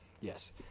Yes